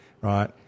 right